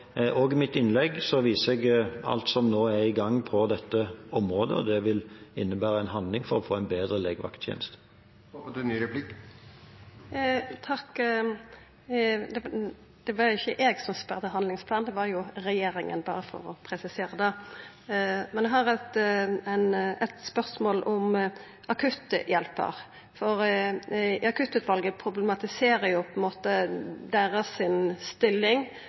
I mitt innlegg viser jeg til alt som nå er i gang på dette området, og det vil innebære en handling for å få en bedre legevakttjeneste. Takk. Det var ikkje eg som ville ha ein handlingsplan; det var regjeringa – for berre å presisera det. Men eg har eit spørsmål om akutthjelparar. Akuttutvalet problematiserer deira stilling og ansvar, noko som no vert synleggjort i